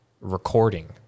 recording